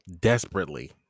desperately